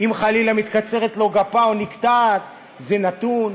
אם חלילה מתקצרת לו גפה, או נקטעת, זה נתון.